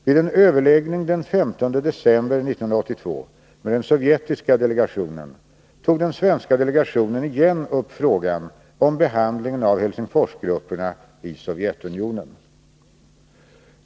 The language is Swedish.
Vid en överläggning den 15 december 1982 med den sovjetiska delegationen tog den svenska delegationen igen upp frågan om behandlingen av Helsingforsgrupperna i Sovjetunionen.